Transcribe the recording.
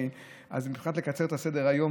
אז מבחינת קיצור סדר-היום,